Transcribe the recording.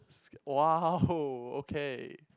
sk~ !wow! okay